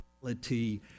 reality